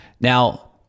Now